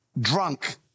drunk